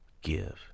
give